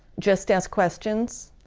just ask questions.